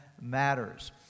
matters